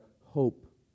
hope